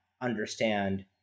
understand